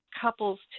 couples